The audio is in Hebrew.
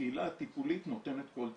הקהילה הטיפולית נותנת כל צורכו.